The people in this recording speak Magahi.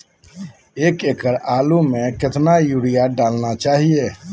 एक एकड़ आलु में कितना युरिया डालना चाहिए?